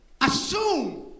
assume